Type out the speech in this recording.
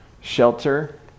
Shelter